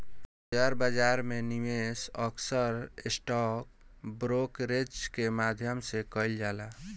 share बाजार में निवेश अक्सर स्टॉक ब्रोकरेज के माध्यम से कईल जाला